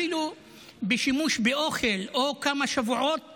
אפילו בשימוש באוכל או כמה שבועות